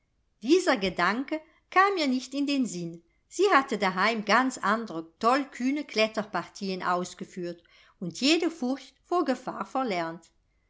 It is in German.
dieser gedanke kam ihr nicht in den sinn sie hatte daheim ganz andre tollkühne kletterpartien ausgeführt und jede furcht vor gefahr